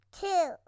two